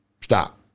stop